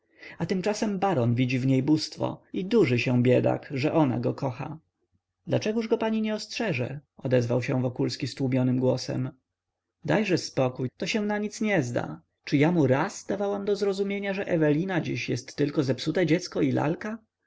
a tymczasem baron widzi w niej bóstwo i durzy się biedak że ona go kocha dlaczegóż go pani nie ostrzeże odezwał się wokulski stłumionym głosem dajże spokój to się nanic nie zda czy ja mu raz dawałam do zrozumienia że ewelina dziś jest tylko zepsute dziecko i lalka